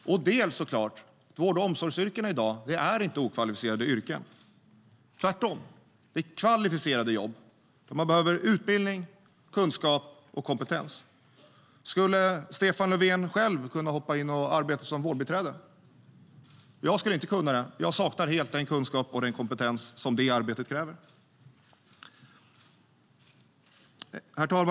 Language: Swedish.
Herr talman!